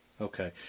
Okay